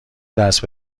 دست